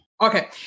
Okay